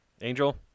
Angel